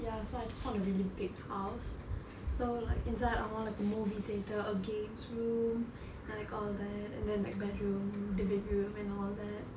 ya so I just want a really big house so like inside I want like a movie theatre a games room and like all that and then like bedroom the bedroom and all that